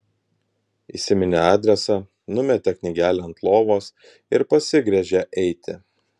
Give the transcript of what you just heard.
įsiminė adresą numetė knygelę ant lovos ir pasigręžė eiti